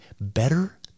better